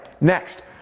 next